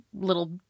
little